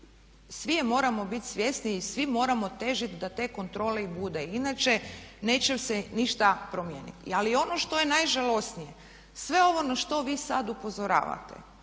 je moramo biti svjesni i svi moramo težiti da te kontrole i bude. Inače neće se ništa promijeniti. Ali ono što je najžalosnije sve ovo na što vi sad upozoravate,